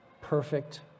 perfect